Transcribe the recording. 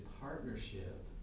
partnership